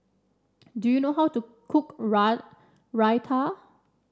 do you know how to cook Raita